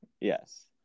yes